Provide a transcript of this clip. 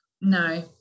no